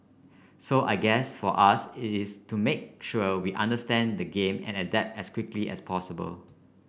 so I guess for us it is to make sure we understand the game and adapt as quickly as possible